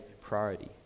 priority